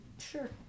sure